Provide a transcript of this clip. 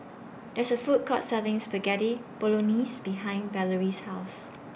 There IS A Food Court Selling Spaghetti Bolognese behind Valery's House